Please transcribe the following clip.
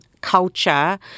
culture